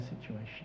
situation